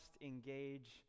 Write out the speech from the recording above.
engage